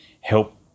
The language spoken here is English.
help